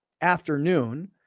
afternoon